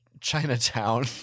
Chinatown